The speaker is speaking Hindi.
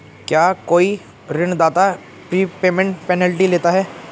क्या कोई ऋणदाता प्रीपेमेंट पेनल्टी लेता है?